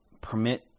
permit